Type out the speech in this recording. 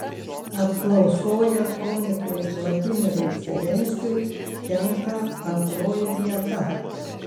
apklausoje komikui vladimirui zelenskiui tenka antroji vieta